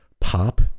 pop